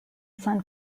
san